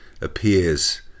appears